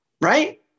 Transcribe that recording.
Right